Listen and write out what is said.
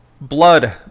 Blood